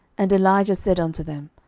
and elijah said unto them,